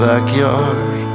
Backyard